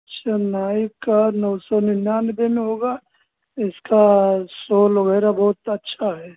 अच्छा नाइक का नौ सौ निनयानबे मे होगा इसका सोल वगैरह बहुत अच्छा है